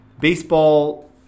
baseball